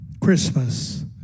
Christmas